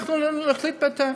אנחנו נחליט בהתאם,